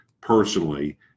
personally